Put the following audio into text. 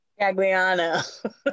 Gagliano